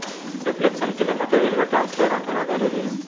reflection के लिए material का ट्रांसपेरेंट होना जरूरी है